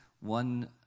one